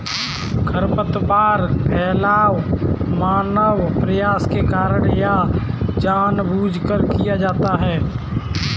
खरपतवार फैलाव मानव प्रवास के कारण या जानबूझकर किया जाता हैं